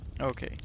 Okay